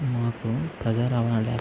మాకు ప్రజా రవాణా